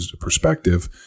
perspective